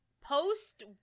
post